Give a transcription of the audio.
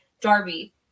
Darby